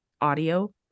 audio